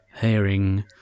hearing